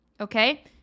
Okay